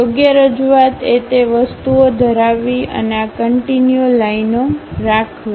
યોગ્ય રજૂઆત એ તે વસ્તુઓ ધરાવવી અને આ કંટીન્યુ લાઈનઓ રાખવી